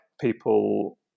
people